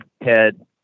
head